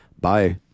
Bye